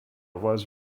was